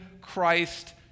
Christ